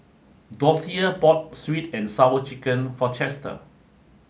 Dorthea bought sweet and sour chicken for Chester